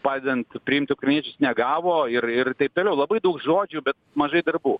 padedant priimt ukrainiečius negavo ir ir taip toliau labai daug žodžių bet mažai darbų